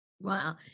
Wow